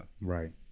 right